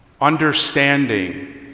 Understanding